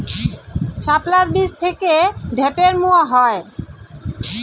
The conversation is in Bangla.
শাপলার বীজ থেকে ঢ্যাপের মোয়া হয়?